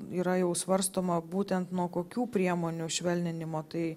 yra jau svarstoma būtent nuo kokių priemonių švelninimo tai